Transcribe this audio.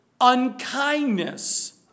unkindness